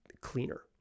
cleaner